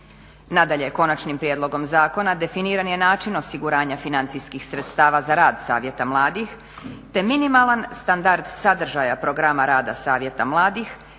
Nadalje, konačnim prijedlogom zakona definiran je način osiguranja financijskih sredstava za rad savjeta mladih te minimalan standard sadržaja programa rada savjeta mladih